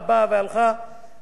והנה, אנחנו עומדים פה לפניכם